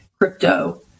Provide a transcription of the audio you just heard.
crypto